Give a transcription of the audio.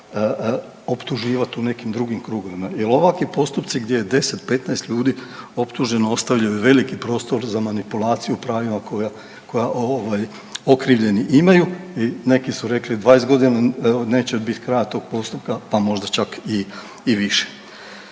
ćete zapravo optuživati u nekim drugim krugovima. Jer ovakvi postupci gdje je 10 – 15 ljudi optuženo ostavljaju veliki prostor za manipulaciju pravima koja, koja ovaj okrivljeni imaju i neki su rekli 20 godina neće biti kraja tog postupka pa možda čak i više.